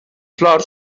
flors